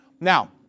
Now